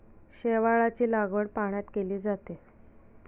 शेवाळाची लागवड पाण्यात केली जाते